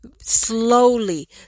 slowly